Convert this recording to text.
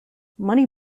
money